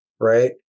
Right